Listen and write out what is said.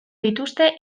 dituzte